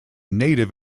native